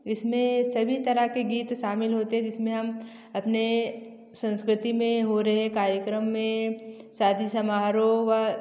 इसमें सभी तरह के गीत शामिल होते हैं जिसमें हम अपने संस्कृति में हो रहे कार्यक्रम में शादी समारोह हुआ